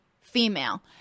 female